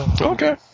Okay